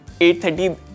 8.30